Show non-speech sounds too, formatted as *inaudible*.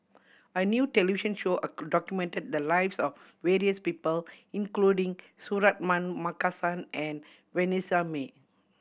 a new television show a *unintelligible* documented the lives of various people including Suratman Markasan and Vanessa Mae